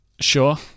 sure